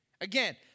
Again